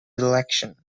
election